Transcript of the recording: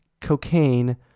cocaine